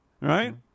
right